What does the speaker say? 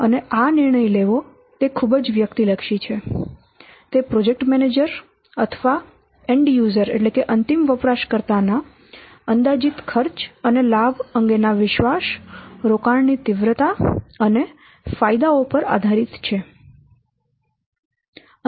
અને આ નિર્ણય લેવો તે ખૂબ જ વ્યક્તિલક્ષી છે તે પ્રોજેક્ટ મેનેજર અથવા અંતિમ વપરાશકર્તા ના અંદાજીત ખર્ચ અને લાભ અંગેના વિશ્વાસ રોકાણની તીવ્રતા અને ફાયદાઓ પર આધારિત છે